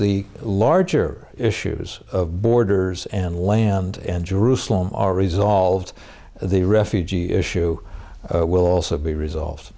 the larger issues of borders and land and jerusalem are resolved the refugee issue will also be resolved